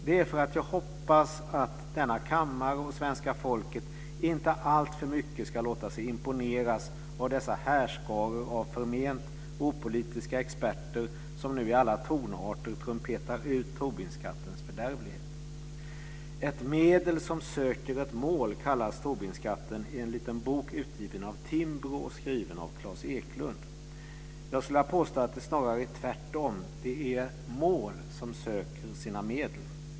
Det är för att jag hoppas att denna kammare och svenska folket inte alltför mycket ska låta sig imponeras av dessa härskaror av förment opolitiska experter som nu i alla tonarter trumpetar ut Tobinskattens fördärvlighet. Ett medel som söker ett mål, kallas Tobinskatten i en liten bok utgiven av Timbro och skriven av Klas Eklund. Jag skulle vilja påstå att det snarare är tvärtom: det är mål som söker sina medel.